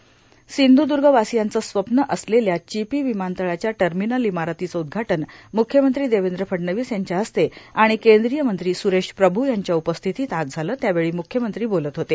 र्सिध्ध्दगर्वार्सयांच स्वप्न असलेल्या र्चपी र्वमानतळाच्या र्टामनल इमारतीच उद्घाटन मुख्यमंत्री देवद्र फडणवीस यांच्या हस्ते आर्गाण कद्रीय मंत्री सुरेश प्रभू यांच्या उपस्थितीत आज झालं त्यावेळी मुख्यमंत्री बोलत होते